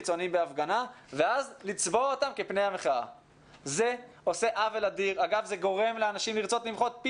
כי ברור שכשאתה קורא לאלפי אנשים שיוצאים לרחובות,